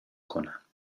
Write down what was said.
کنم